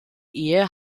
ehe